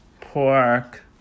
pork